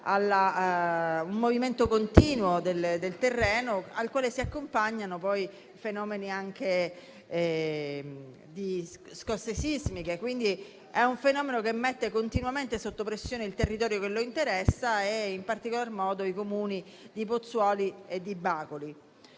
un movimento continuo del terreno, al quale si accompagnano fenomeni anche di scosse sismiche. Quindi, è un fenomeno che mette continuamente sotto pressione il territorio che lo interessa e, in particolar modo, i Comuni di Pozzuoli e di Bacoli.